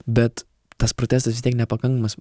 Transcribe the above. bet tas protestas vis tiek nepakankamas